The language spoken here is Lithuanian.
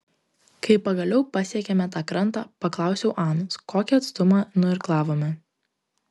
kai pagaliau pasiekėme tą krantą paklausiau anos kokį atstumą nuirklavome